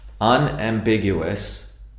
unambiguous